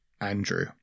Andrew